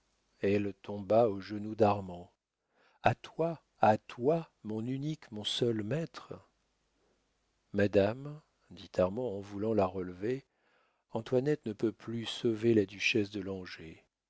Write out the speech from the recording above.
elle tomba aux genoux d'armand a toi à toi mon unique mon seul maître madame dit armand en voulant la relever antoinette ne peut plus sauver la duchesse de langeais